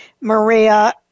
Maria